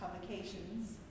Publications